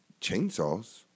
chainsaws